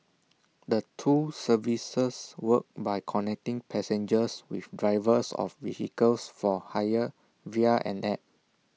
the two services work by connecting passengers with drivers of vehicles for hire via an app